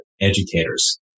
educators